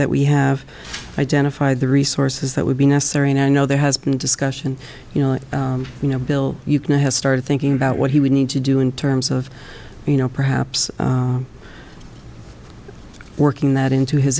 that we have identified the resources that would be necessary and i know there has been discussion you know you know bill you know has started thinking about what he would need to do in terms of you know perhaps working that into his